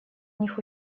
них